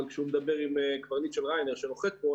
אבל כשהוא מדבר עם קברניט של ראיין אייר שנוחת פה,